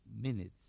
minutes